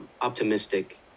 optimistic